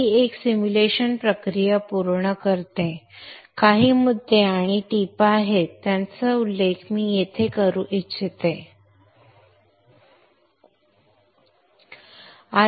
तर ही एक सिम्युलेशन प्रक्रिया पूर्ण करते काही मुद्दे आणि टिपा आहेत ज्यांचा उल्लेख मी येथे करू इच्छितो